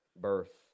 birth